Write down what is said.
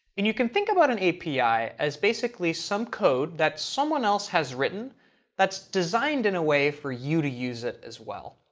and you can think about an api as basically some code that someone else has written that's designed in a way for you to use it, as well.